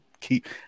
keep